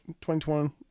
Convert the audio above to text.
2021